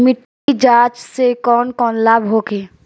मिट्टी जाँच से कौन कौनलाभ होखे?